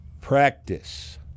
practice